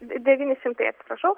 devyni šimtai atsiprašau